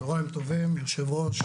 צוהריים טוב, היושב-ראש,